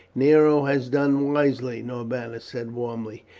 nero has done wisely, norbanus said warmly,